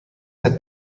had